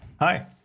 Hi